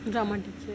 drama teacher